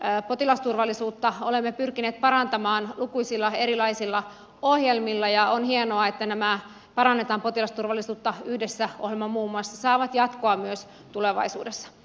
potilasturvallisuutta olemme pyrkineet parantamaan lukuisilla erilaisilla ohjelmilla ja on hienoa että nämä parannetaan potilasturvallisuutta yhdessä ohjelma muun muassa saavat jatkoa myös tulevaisuudessa